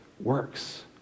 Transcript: works